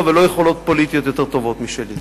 ולא יכולות פוליטיות יותר טובות משלי.